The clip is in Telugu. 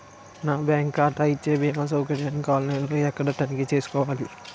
నా బ్యాంకు ఖాతా ఇచ్చే భీమా సౌకర్యాన్ని ఆన్ లైన్ లో ఎక్కడ తనిఖీ చేసుకోవాలి?